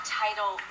title